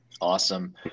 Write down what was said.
awesome